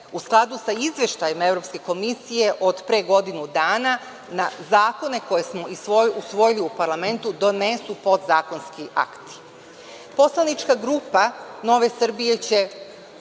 u skladu sa izveštajima Evropske komisije od pre godinu dana na zakone koje smo usvojili u parlamentu donesu podzakonski akti. Poslanička grupa Nove Srbije će